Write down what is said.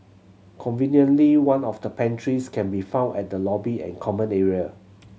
conveniently one of the pantries can be found at the lobby and common area